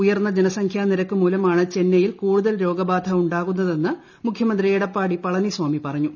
ഉയർന്ന ജനസംഖ്യാ നീർക്ക് മൂലമാണ് ചെന്നൈയിൽ കൂടുതൽ രോഗബാധ ഉണ്ടാകുന്നതെന്ന് മുഖ്യമന്ത്രി എടപ്പാടി പളനിസ്വാമി പറഞ്ഞു